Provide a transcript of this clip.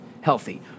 healthy